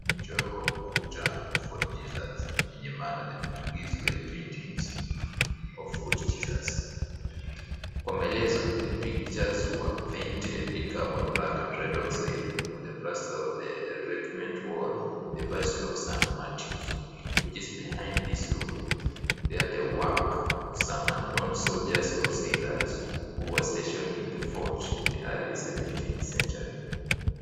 Mchoro wa ukuta wa Fort Jesus wenye mada The Portuguese Wall Paintings of Fort Jesus, kwa maelezo The Pictures Were Painted In Carbon Black And Red Oxide On The Plaster Of The Revetment Wall The Bation Of Sun Matuns Which Is Behind This Room ya The Work Of Some Unknown Soldiers Of Sailors Who Were Stationed In The Fort In The Early 17th Century.